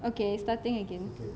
okay starting again too